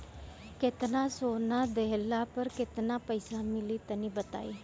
केतना सोना देहला पर केतना पईसा मिली तनि बताई?